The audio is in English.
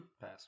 Pass